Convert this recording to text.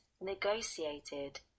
negotiated